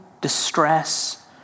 distress